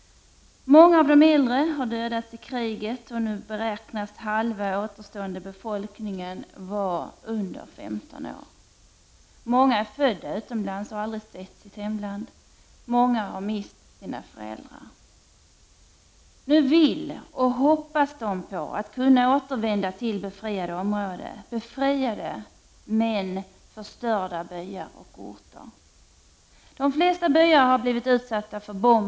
Många av de äldre har dödats i kriget, och nu beräknas halva återstående befolkningen vara under 15 år. Många är födda utomlands och har aldrig sett sitt hemland. Många har mist sina föräldrar. Nu hoppas de kunna återvända till befriade områden — befriade men för störda byar och orter. De flesta byar har blivit utsatta för bomber och förstö — Prot.